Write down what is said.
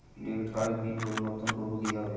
Debit কার্ডের pin পরিবর্তন করবো কীভাবে?